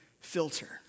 filter